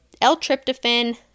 L-tryptophan